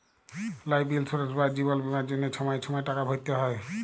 life insurance বা জিবল বীমার জ্যনহে ছময় ছময় টাকা ভ্যরতে হ্যয়